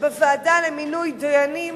שבוועדה למינוי דיינים